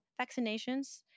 vaccinations